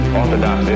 orthodox